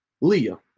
Leah